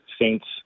Saints